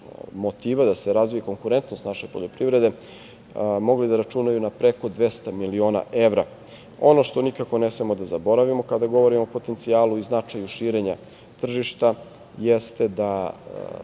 motiva da se razvije konkurentnost naše poljoprivrede mogli da računaju na preko 200 miliona evra. Ono što nikako ne smemo da zaboravimo kada govorimo o potencijalu i značaju širenja tržišta jeste da